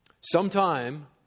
Sometime